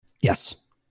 Yes